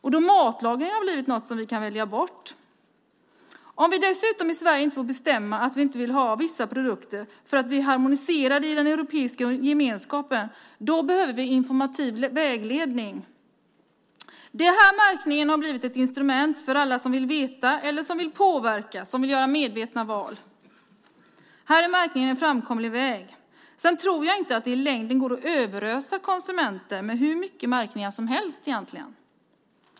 Då har matlagning blivit något som vi kan välja bort. Om vi i Sverige dessutom inte själva får bestämma om vi vill ha vissa produkter eller inte, eftersom vi är harmoniserade i den europeiska gemenskapen, då behöver vi informativ vägledning. Här har märkningen blivit ett instrument för alla som vill veta och påverka, för alla som vill göra medvetna val. Då är märkningen en framkomlig väg. Sedan tror jag inte att det i längden går att överösa konsumenterna med hur många märkningar som helst.